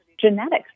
Genetics